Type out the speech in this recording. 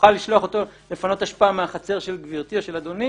שנוכל לשלוח אותו לפנות אשפה מהחצר של גברתי או של אדוני